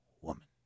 woman